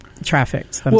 trafficked